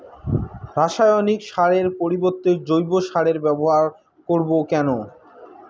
রাসায়নিক সারের পরিবর্তে জৈব সারের ব্যবহার করব কেন?